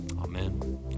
Amen